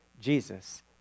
Jesus